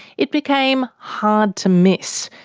it became hard to miss.